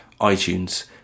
iTunes